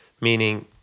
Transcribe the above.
Meaning